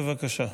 בבקשה.